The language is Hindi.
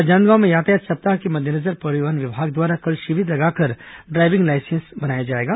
राजनांदगांव में यातायात सप्ताह के मद्देनजर परिवहन विभाग द्वारा कल शिविर लगाकर ड्रायविंग लाइसेंस बनाया जाएगा